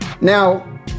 Now